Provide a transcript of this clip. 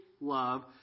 love